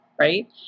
right